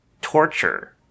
torture